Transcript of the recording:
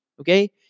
Okay